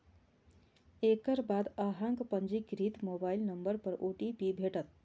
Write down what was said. एकर बाद अहांक पंजीकृत मोबाइल नंबर पर ओ.टी.पी भेटत